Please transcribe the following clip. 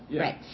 Right